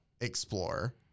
explorer